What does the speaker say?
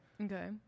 okay